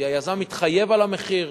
כי היזם מתחייב על המחיר,